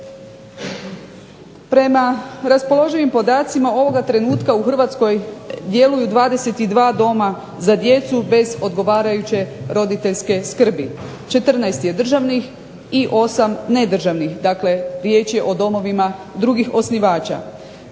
Prema raspoloživim podacima ovoga trenutka u Hrvatskoj djeluju 22 doma za djecu bez odgovarajuće roditeljske skrbi, 14 je državnih i 8 ne državnih dakle riječ je o domovima drugih osnivača.